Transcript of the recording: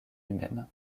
même